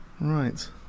Right